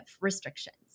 restrictions